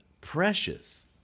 precious